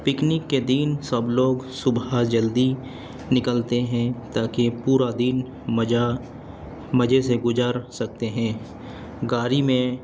picnic کے دن سب لوگ صبح جلدی نکلتے ہیں تاکہ پورا دن مزہ مزے سے گزار سکتے ہیں گاڑی میں